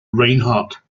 reinhardt